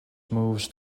moves